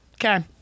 Okay